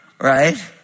right